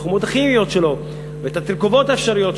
התכונות הכימיות שלו והתרכובות האפשריות שלו.